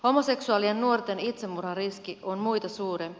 homoseksuaalien nuorten itsemurhariski on muita suurempi